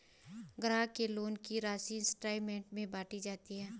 ग्राहक के लोन की राशि इंस्टॉल्मेंट में बाँट दी जाती है